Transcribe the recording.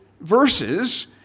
verses